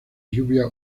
lluvia